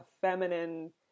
feminine